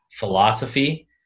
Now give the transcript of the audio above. philosophy